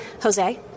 Jose